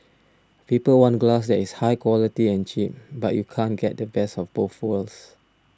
people want glass is high quality and cheap but you can't get the best of both worlds